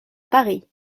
paris